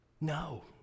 No